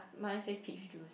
mine says peach juice